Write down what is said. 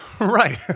Right